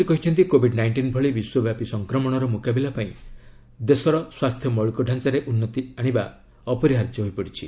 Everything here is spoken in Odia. ସେ କହିଛନ୍ତି କୋବିଡ୍ ନାଇଣ୍ଟିନ୍ ଭଳି ବିଶ୍ୱବ୍ୟାପୀ ସଂକ୍ରମଣର ମୁକାବିଲା ପାଇଁ ଦେଶର ସ୍ୱାସ୍ଥ୍ୟ ମୌଳିକ ଡ଼ାଞ୍ଚାରେ ଉନ୍ନତି ଆଶିବା ଅପରିହାର୍ଯ୍ୟ ହୋଇପଡିଛି